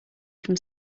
from